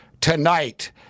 tonight